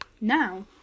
now